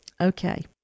Okay